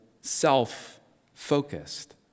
self-focused